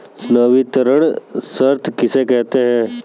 संवितरण शर्त किसे कहते हैं?